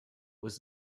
was